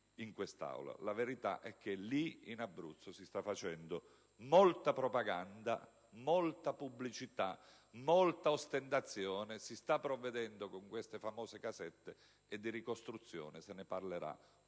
La verità è che in Abruzzo si sta facendo molta propaganda, molta pubblicità, molta ostentazione e si sta provvedendo con le famose casette, mentre di ricostruzione si parlerà quando se ne